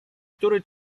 który